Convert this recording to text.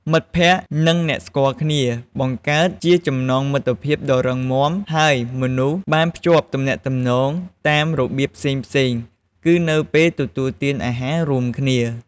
មិត្តភ័ក្តិ និងអ្នកស្គាល់គ្នាបង្កើតជាចំណងមិត្តភាពដ៏រឹងមាំ ហើយមនុស្សបានភ្ជាប់ទំនាក់ទំនងតាមរបៀបផ្សេងៗគឺនៅពេលទទួលទានអាហាររួមគ្នា។